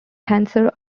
cancer